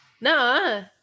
No